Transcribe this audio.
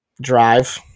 drive